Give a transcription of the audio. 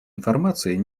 информации